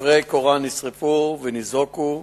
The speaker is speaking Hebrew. ספרי קוראן נשרפו וניזוקו,